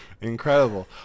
incredible